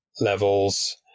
levels